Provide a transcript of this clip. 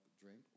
drink